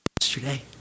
yesterday